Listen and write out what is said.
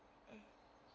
mm